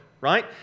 right